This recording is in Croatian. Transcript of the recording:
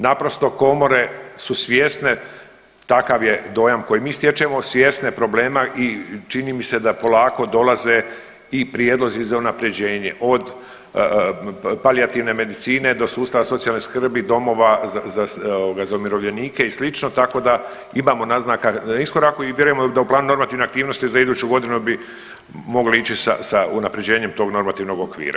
Naprosto komore su svjesne, takav je dojam koji mi stječemo, svjesne problema i čini mi se da polako dolaze i prijedlozi za unapređenje od palijativne medicine do sustava socijalne skrbi, domova za ovoga za umirovljenike i slično, tako da imamo naznaka iskoraku i vjerujemo da u planu normativne aktivnosti za iduću godinu bi mogli ići sa unapređenjem tog normativnog okvira.